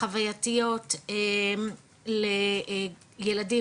חווייתיות לילדים,